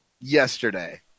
yesterday